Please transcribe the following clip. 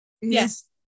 Yes